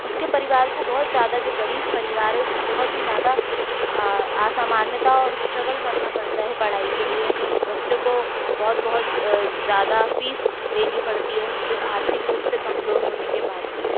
उसके परिवार को बहुत ज़्यादा जो ग़रीब परिवार है उसको बहुत ही ज़्यादा असमानता और स्ट्रगल करना पड़ता है पढ़ाई के लिए बच्चों को बहुत बहुत ज़्यादा फीस देनी पड़ती है उनके आर्थिक रूप से कमज़ोर होने के बाद भी